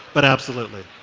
but absolutely.